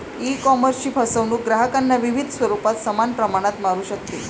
ईकॉमर्सची फसवणूक ग्राहकांना विविध स्वरूपात समान प्रमाणात मारू शकते